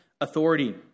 authority